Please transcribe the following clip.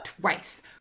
twice